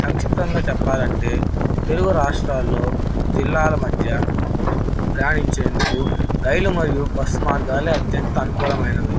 సంక్షిప్వంగా చెప్పాలంటే తెలుగు రాష్ట్రాల్లో జిల్లాల మధ్య ప్రయాణించేందుకు రైలు మరియు బస్సు మార్గాలే అత్యంత అనుకూలమైనవి